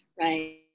right